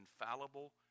infallible